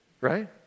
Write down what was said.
Right